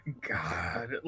God